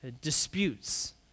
disputes